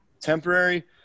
temporary